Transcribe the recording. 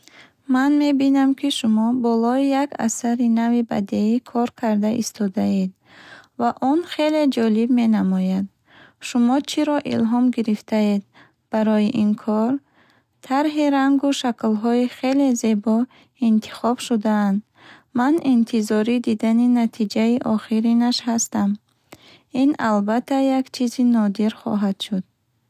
Ман мебинам, ки шумо болои як асари нави бадеӣ кор карда истодаед, ва он хеле ҷолиб менамояд. Шумо чиро илҳом гирифтаед барои ин кор? Тарҳи рангу шаклҳо хеле зебо интихоб шудаанд. Ман интизори дидани натиҷаи охиринаш ҳастам. Ин албатта як чизи нодир хоҳад шуд.